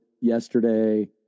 yesterday